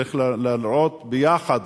וצריך לראות ביחד,